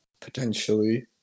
potentially